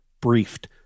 briefed